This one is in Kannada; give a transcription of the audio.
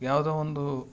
ಯಾವುದೋ ಒಂದು